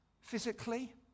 physically